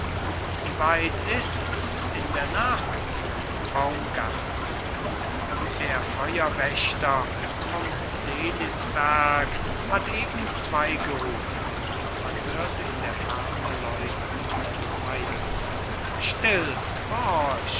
wie weit ist's in der nacht baumgarten der feuerwächter vom selisberg hat eben zwei gerufen man hört in der ferne läuten meier still horch